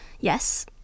Yes